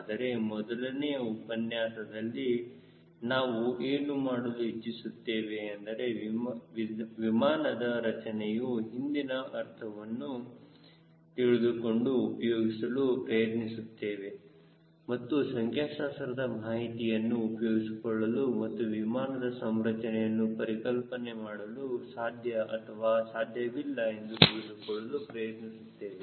ಆದರೆ ಮೊದಲನೆಯ ಉಪನ್ಯಾಸದಲ್ಲಿ ನಾವು ಏನು ಮಾಡಲು ಇಚ್ಚಿಸುತ್ತೇವೆ ಎಂದರೆ ವಿಮಾನದ ರಚನೆಯ ಹಿಂದಿನ ಅರ್ಥವನ್ನು ತಿಳಿದುಕೊಂಡು ಉಪಯೋಗಿಸಲು ಪ್ರಯತ್ನಿಸುತ್ತೇವೆ ಮತ್ತು ಸಂಖ್ಯಾಶಾಸ್ತ್ರದ ಮಾಹಿತಿಯನ್ನು ಉಪಯೋಗಿಸಿಕೊಳ್ಳಲು ಮತ್ತು ವಿಮಾನದ ಸಂರಚನೆಯನ್ನು ಪರಿಕಲ್ಪನೆ ಮಾಡಲು ಸಾಧ್ಯ ಅಥವಾ ಸಾಧ್ಯವಿಲ್ಲ ಎಂದು ತಿಳಿದುಕೊಳ್ಳಲು ಪ್ರಯತ್ನಿಸುತ್ತೇವೆ